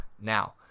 Now